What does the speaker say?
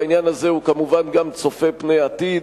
והעניין הזה הוא כמובן גם צופה פני העתיד,